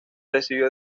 recibió